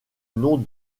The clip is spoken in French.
nom